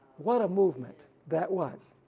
what a movement that was,